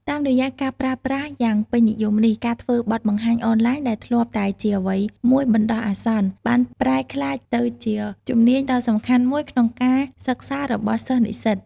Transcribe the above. តាមរយៈការប្រើប្រាស់យ៉ាងពេញនិយមនេះ ការធ្វើបទបង្ហាញអនឡាញដែលធ្លាប់តែជាអ្វីមួយបណ្ដោះអាសន្ន បានប្រែក្លាយទៅជាជំនាញដ៏សំខាន់មួយក្នុងការសិក្សារបស់សិស្សនិស្សិត។